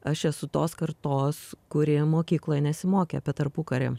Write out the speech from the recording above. aš esu tos kartos kurie mokykloje nesimokė apie tarpukarį